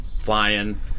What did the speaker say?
flying